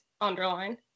underline